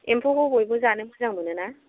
एम्फौखौ बयबो जानो मोजां मोनोना